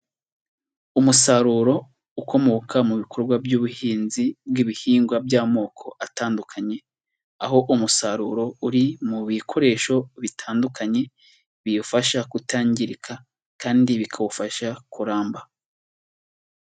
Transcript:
Umusaruro ukomoka mu bikorwa by'ubuhinzi bw'ibihingwa by'amoko atandukanye, aho umusaruro uri mu bikoresho bitandukanye biwufasha kutangirika kandi bikawufasha kuramba.